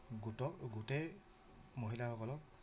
গোটক গোটে মহিলাসকলক